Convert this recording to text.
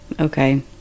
Okay